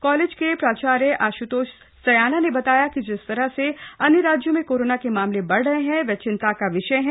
college के प्राचार्य आश्तोष स्याना ने बताया कि जिस तरह से अन्य राज्यों में कोरोना के मामले बढ़ रहे है वो चिंता का विषय है